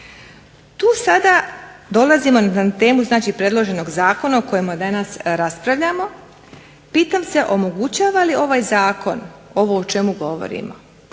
Tu sada dolazimo na temu predloženog zakona o kojem danas raspravljamo. Pitam se omogućava li ovaj Zakon ovo o čemu govorimo.